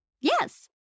Yes